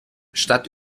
statt